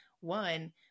one